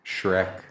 Shrek